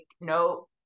no